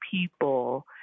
people